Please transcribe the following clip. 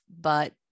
but-